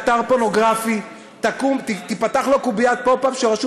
כשאדם ייכנס לאתר פורנוגרפי תפתח לו קוביית "פופ-אפ" שרשום